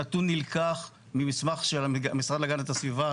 הנתון נלקח ממסמך של המשרד להגנת הסביבה,